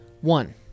one